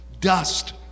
dust